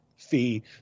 fee